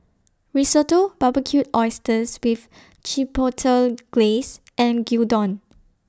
Risotto Barbecued Oysters with Chipotle Glaze and Gyudon